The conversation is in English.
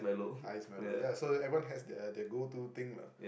ice milo ya so everyone has their their go to thing lah